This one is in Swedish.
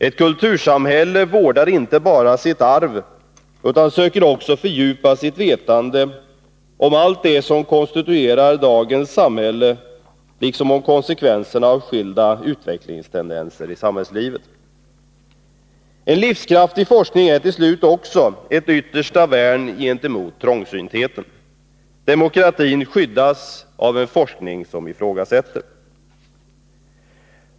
Ett kultursamhälle vårdar inte bara sitt arv utan söker också fördjupa sitt vetande om allt det som konstituerar dagens samhälle liksom om konsekvenserna av skilda utvecklingstendenser i samhällslivet. En livskraftig forskning är till slut också ett yttersta värn gentemot trångsyntheten. Demokratin skyddas av en forskning som ifrågasätter.